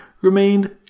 remained